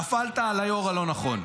נפלת על היו"ר הלא-נכון.